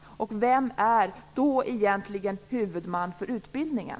Vem är då egentligen huvudman för utbildningen.